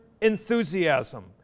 enthusiasm